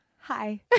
Hi